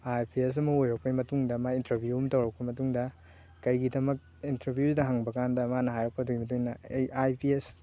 ꯑꯥꯏ P S ꯑꯃ ꯑꯣꯏꯔꯛꯄꯩ ꯃꯇꯨꯡꯗ ꯃꯥꯏ ꯏꯟꯇꯔꯚꯤꯌꯨ ꯑꯃ ꯇꯧꯔꯛꯄ ꯃꯇꯨꯡꯗ ꯀꯔꯤꯒꯤꯗꯃꯛ ꯏꯟꯇꯔꯚꯤꯌꯨꯗꯨꯗ ꯍꯪꯕ ꯀꯥꯟꯗ ꯃꯥꯅ ꯍꯥꯏꯔꯛꯄꯗꯨꯒꯤ ꯃꯇꯨꯡ ꯏꯟꯅ ꯑꯩ ꯑꯥꯏ ꯄꯤ ꯑꯦꯁ